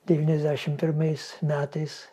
devyniasdešim pirmais metais